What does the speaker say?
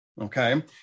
Okay